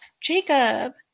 Jacob